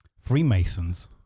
Freemasons